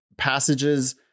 passages